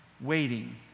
waiting